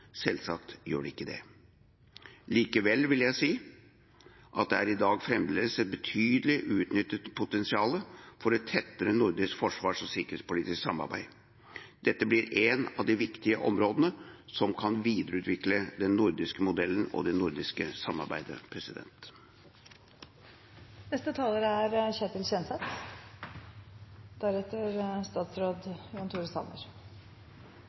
selvsagt gjør det ikke det. Likevel er det fremdeles et betydelig uutnyttet potensial for et tettere nordisk forsvars- og sikkerhetspolitisk samarbeid. Dette blir et av de viktige områdene som kan videreutvikle den nordiske modellen og det nordiske samarbeidet.